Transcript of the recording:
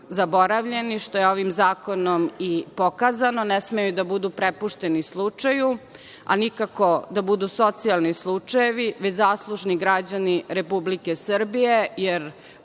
što je ovim zakonom i pokazano, ne smeju da budu prepušteni slučaju, a nikako da budu socijalni slučajevi, već zaslužni građani Republike Srbije, jer